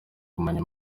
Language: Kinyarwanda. kumenya